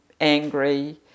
angry